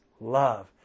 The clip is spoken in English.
love